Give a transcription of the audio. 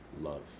love